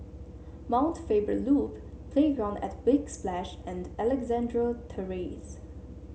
Mount Faber Loop Playground at Big Splash and Alexandra Terrace